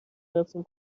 رفتیم